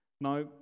Now